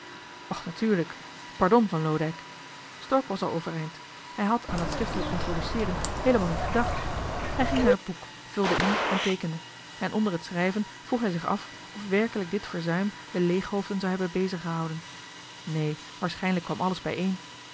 och natuurlijk pardon van loodijck stork was al overeind hij had aan dat schriftelijk introduceeren heelemaal niet gedacht hij ging naar het boek vulde in en teekende en onder het schrijven vroeg hij zich af of werkelijk dit verzuim johan de meester de zonde in het deftige dorp de leeg hoofden zou hebben beziggehouden neen waarschijnlijk kwam alles bijeen